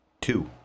two